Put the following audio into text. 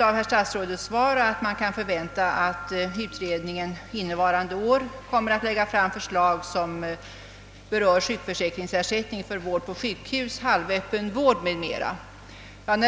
Av statsrådets svar ser jag nu att man kan förvänta att utredningen under innevarande år kommer att framlägga förslag som berör sjukförsäkringsersättning för vård på sjukhus, halvöppen vård m.m.